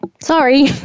sorry